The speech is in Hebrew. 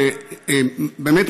ובאמת,